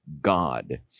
God